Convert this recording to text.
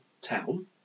town